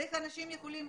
איך אנשים יכולים